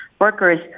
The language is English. workers